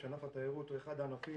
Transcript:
היושב-ראש, ענף התיירים הוא אחד הענפים